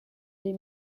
des